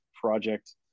project